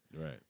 Right